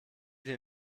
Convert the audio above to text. hier